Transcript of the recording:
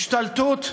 השתלטות,